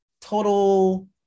total